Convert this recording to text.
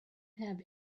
have